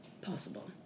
possible